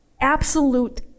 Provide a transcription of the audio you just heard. absolute